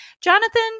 Jonathan